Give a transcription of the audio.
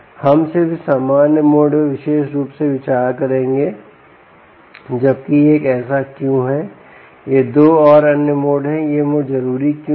हम सिर्फ इस सामान्य मोड पर विशेष रूप से विचार करेंगे जबकि यह एक ऐसा क्यों है ये 2 और अन्य 2 मोड क्यों हैं ये मोड जरूरी क्यों हैं